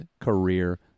career